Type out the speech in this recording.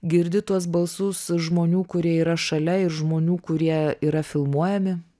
girdi tuos balsus žmonių kurie yra šalia ir žmonių kurie yra filmuojami